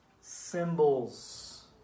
symbols